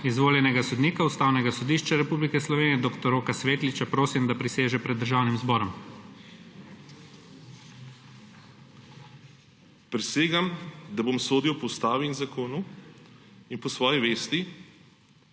Izvoljenega sodnika Ustavnega sodišča Republike Slovenije dr. Roka Svetliča prosim, da priseže pred Državnim zborom. DR. ROK SVETLIČ: Prisegam, da bom sodil po ustavi in zakonu in po svoji vesti